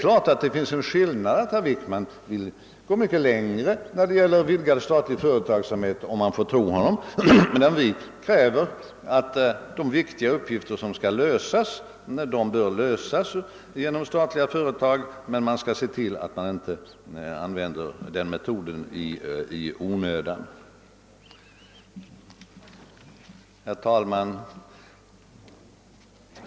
Naturligtvis finns det en skillnad: herr Wickman vill gå mycket längre när det gäller vidgad statlig företagsamhet, om man får tro honom, medan vi hävdar att viktiga uppgifter kan behöva lösas genom statliga företag men att man skall se till, att man inte använder denna metod i onödan. Herr talman!